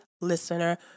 listener